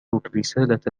الرسالة